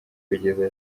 kugeza